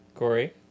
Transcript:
Corey